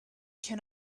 can